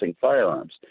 firearms